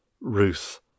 Ruth